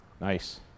Nice